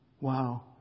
Wow